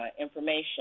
information